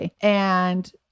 and-